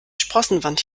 sprossenwand